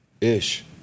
Ish